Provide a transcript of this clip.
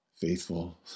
faithful